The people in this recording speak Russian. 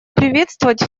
приветствовать